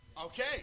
Okay